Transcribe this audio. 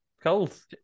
Cold